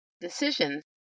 decisions